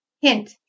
Hint